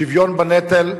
שוויון בנטל,